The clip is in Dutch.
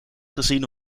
gezien